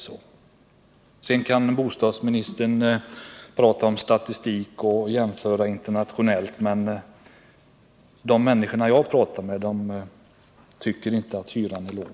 Sedan kan bostadsministern tala om statistik och göra jämförelser internationellt, men de människor jag talar med tycker inte att hyran är låg.